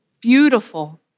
beautiful